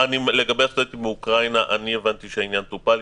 לגבי הסטודנטים מאוקרינה, אני הבנתי שזה טופל.